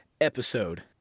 episode